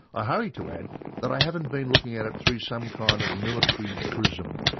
i hurry to add that i haven't been looking at it through some kind of military prism,